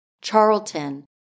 Charlton